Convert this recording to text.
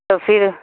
تو فر